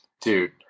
Dude